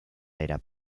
era